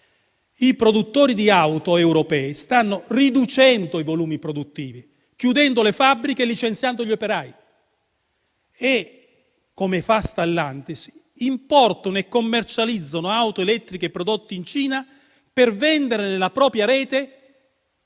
i produttori di auto europei stanno riducendo i volumi produttivi, chiudendo le fabbriche e licenziando gli operai e, come fa Stellantis, importano e commercializzano auto elettriche prodotte in Cina per venderle nella propria rete